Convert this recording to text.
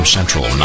Central